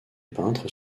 peintres